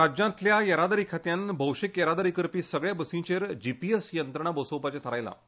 राज्यांतल्या येरादारी खात्यान भोवशीक येरादारी करपी सगळ्यां बसींचेर जीपीएस यंत्रणा बसोवपाचें थारायलां